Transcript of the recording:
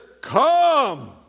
come